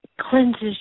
Cleanses